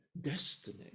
destiny